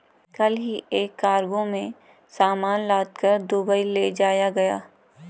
कल ही एक कार्गो में सामान लादकर दुबई ले जाया गया